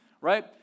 right